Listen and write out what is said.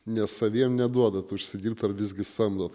ne saviem neduodat užsidirbt ar visgi samdot